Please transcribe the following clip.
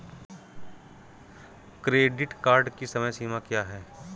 Credit card की समय सीमा क्या है?